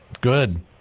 Good